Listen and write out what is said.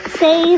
say